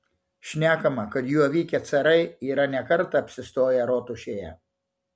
šnekama kad juo vykę carai yra ne kartą apsistoję rotušėje